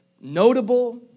notable